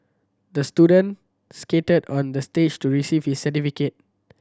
the student skated onto the stage to receive his certificate